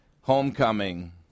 homecoming